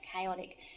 chaotic